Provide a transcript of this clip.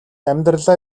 амьдралаа